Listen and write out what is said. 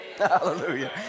Hallelujah